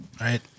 Right